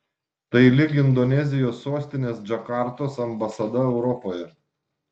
tai lyg indonezijos sostinės džakartos ambasada europoje